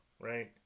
Right